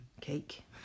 cake